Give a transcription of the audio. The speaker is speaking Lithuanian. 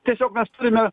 tiesiog mes turime